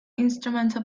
instrumental